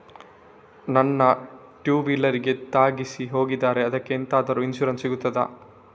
ನನ್ನ ಟೂವೀಲರ್ ಗೆ ತಾಗಿಸಿ ಹೋಗಿದ್ದಾರೆ ಅದ್ಕೆ ಎಂತಾದ್ರು ಇನ್ಸೂರೆನ್ಸ್ ಸಿಗ್ತದ?